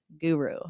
guru